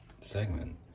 segment